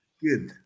Good